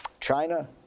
China